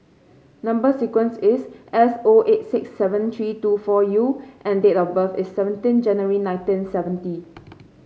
number sequence is S O eight six seven three two four U and date of birth is seventeen January nineteen seventy